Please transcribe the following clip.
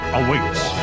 awaits